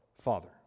Father